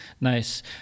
Nice